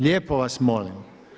Lijepo vas molim.